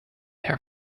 her